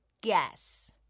guess